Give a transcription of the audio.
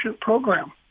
program